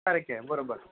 सारकें बरोबर